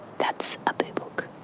that's a boobook,